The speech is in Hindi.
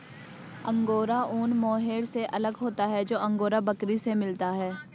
अंगोरा ऊन मोहैर से अलग होता है जो अंगोरा बकरी से मिलता है